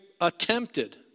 attempted